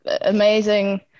amazing